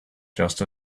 just